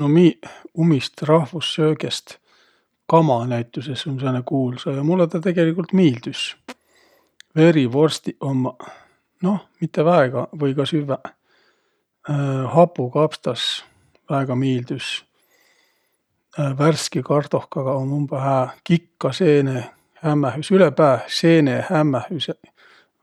No miiq umist rahvussöögest kama näütüses um sääne kuulsa. Ja mullõ taa tegeligult miildüs. Verivorstiq ummaq, noh, mitte väegaq, või ka süvväq. hapukapstas väega miildüs. Värski kardohkaga um umbõ hää kikkaseenehämmähüs, ülepää seenehämmähüseq